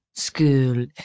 school